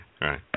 right